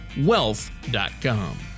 wealth.com